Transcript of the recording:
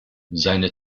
seine